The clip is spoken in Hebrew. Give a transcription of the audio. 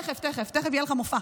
תכף, תכף יהיה לך מופע.